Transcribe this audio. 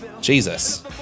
Jesus